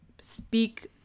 speak